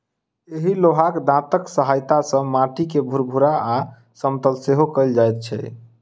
एहि लोहाक दाँतक सहायता सॅ माटि के भूरभूरा आ समतल सेहो कयल जाइत छै